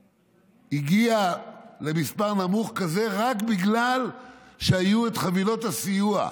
הגיע דווקא ב-2020 למספר נמוך כזה רק בגלל שהיו את חבילות הסיוע.